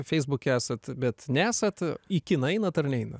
feisbuke esat bet nesat į kiną einat ar neina